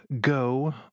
Go